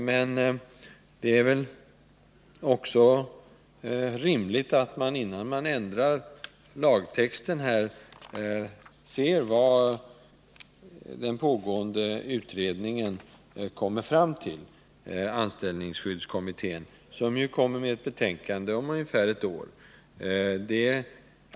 Men det är väl också rimligt att man, innan man ändrar lagtexten i detta avseende, avvaktar vad den pågående utredningen, anställningsskyddskommittén, kommer fram till. Den kommer med sitt betänkande om ungefär ett år.